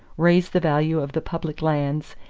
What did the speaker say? raise the value of the public lands,